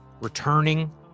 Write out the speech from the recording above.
Returning